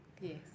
yes